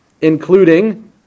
including